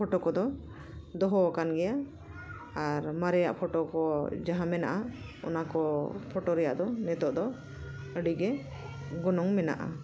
photo ᱠᱚᱫᱚ ᱫᱚᱦᱚᱣᱟᱠᱟᱱ ᱜᱮᱭᱟ ᱟᱨ ᱢᱟᱨᱮᱭᱟᱜ ᱯᱷᱳᱴᱳ ᱠᱚ ᱡᱟᱦᱟᱸ ᱢᱮᱱᱟᱜᱼᱟ ᱚᱱᱟ ᱠᱚ ᱯᱷᱳᱴᱳ ᱨᱮᱱᱟᱜ ᱫᱚ ᱱᱤᱛᱳᱜ ᱫᱚ ᱟᱹᱰᱤᱜᱮ ᱜᱚᱱᱚᱝ ᱢᱮᱱᱟᱜᱼᱟ